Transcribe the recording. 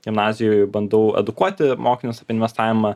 gimnazijoj bandau edukuoti mokinius apie investavimą